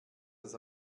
das